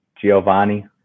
Giovanni